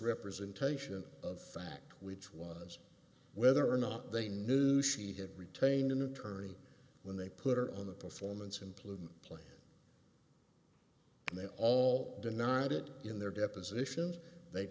misrepresentation of fact which was whether or not they knew she had retained an attorney when they put her on the performance simply place and they all denied it in their depositions they